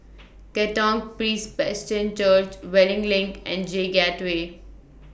Katong Church Wellington LINK and J Gateway